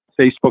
Facebook